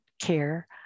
care